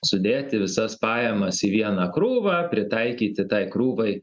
sudėti visas pajamas į vieną krūvą pritaikyti tai krūvai